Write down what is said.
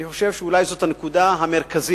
אני חושב שזו הנקודה המרכזית